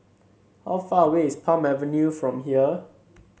how far away is Palm Avenue from here